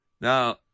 Now